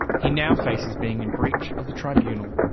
he now faces being in breach of the tribunal.